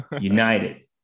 United